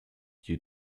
due